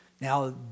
Now